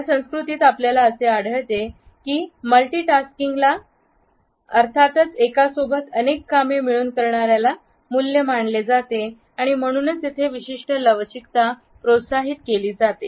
या संस्कृतीत आपल्याला असे आढळले आहे की मल्टीटास्किंगला अर्थातच एका सोबत अनेक कामे मिळून करणा याला मूल्य मानले जाते आणि म्हणूनच येथे विशिष्ट लवचिकता प्रोत्साहित केली जाते